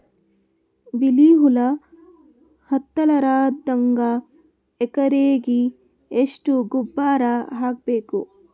ಬಿಳಿ ಹುಳ ಹತ್ತಲಾರದಂಗ ಎಕರೆಗೆ ಎಷ್ಟು ಗೊಬ್ಬರ ಹಾಕ್ ಬೇಕು?